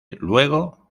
luego